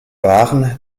waren